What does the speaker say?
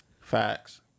Facts